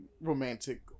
romantic